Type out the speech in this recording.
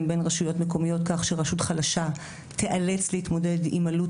בין רשויות מקומיות כך שרשות חלשה תאלץ להתמודד עם עלות